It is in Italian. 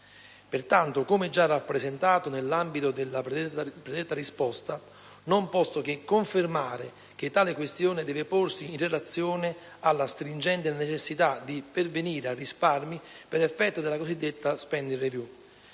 Pertanto, come già rappresentato nell'ambito della predetta risposta, non posso che confermare che tale questione deve porsi in relazione alla stringente necessità di pervenire a risparmi per effetto della cosiddetta *spending review*,